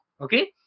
okay